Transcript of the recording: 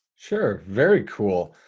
sure. very cool.